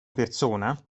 persona